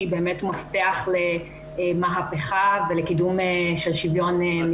כי הוא באמת מפתח למהפכה ולקידום של שוויון מגדרי.